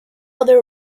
other